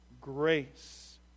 grace